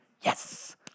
Yes